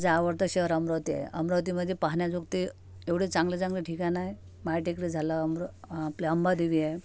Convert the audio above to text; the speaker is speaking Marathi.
माझं आवडतं शहर अमरावती आहे अमरावतीमधे पाहण्याजोगते एवढं चांगले चांगले ठिकाणं आहे माटेकडी झालं अंब्र आपली आंबादेवी आहे